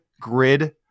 grid